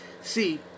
See